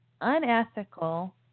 unethical